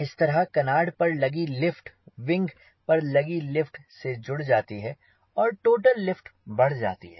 इस तरह कनार्ड पर लगी लिफ्ट विंग पर लगी लिफ्ट के साथ जुड़ जाती है और टोटल लिफ्ट बढ़ जाती है